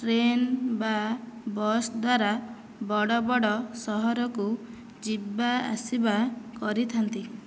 train ବା bus ଦ୍ଵାରା ବଡ ବଡ଼ ସହରକୁ ଯିବା ଆସିବା କରିଥାନ୍ତି